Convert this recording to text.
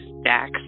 stacks